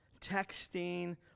texting